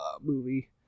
movie